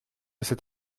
cet